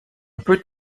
peut